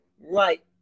Right